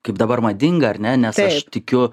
kaip dabar madinga ar ne nes aš tikiu